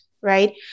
right